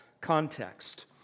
context